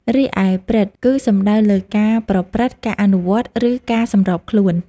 រីឯ "ព្រឹត្តិ" គឺសំដៅលើការប្រព្រឹត្ត ការអនុវត្ត ឬការសម្របខ្លួន។